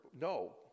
No